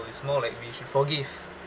it's more like we should forgive